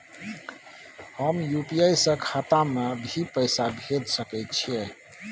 हम यु.पी.आई से खाता में भी पैसा भेज सके छियै?